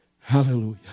Hallelujah